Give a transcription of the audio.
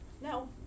no